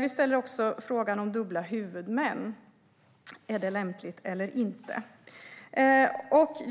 Vi ställer också frågan om det är lämpligt eller inte med dubbla huvudmän.